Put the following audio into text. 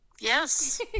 Yes